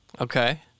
Okay